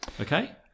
Okay